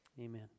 Amen